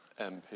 MP